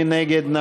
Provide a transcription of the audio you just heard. מי נגד?